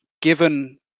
given